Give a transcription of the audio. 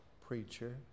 preacher